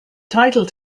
title